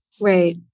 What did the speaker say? Right